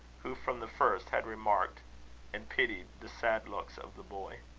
who from the first had remarked and pitied the sad looks of the boy.